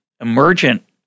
emergent